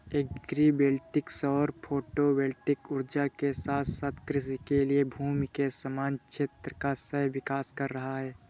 agri voltaic सौर photovoltaic ऊर्जा के साथ साथ कृषि के लिए भूमि के समान क्षेत्र का सह विकास कर रहा है